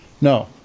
No